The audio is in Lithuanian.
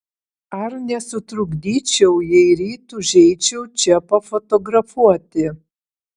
ar nesutrukdyčiau jei ryt užeičiau čia pafotografuoti